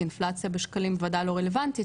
כי אינפלציה בשקלים בוודאי לא רלוונטית,